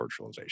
virtualization